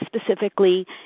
specifically